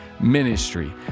Ministry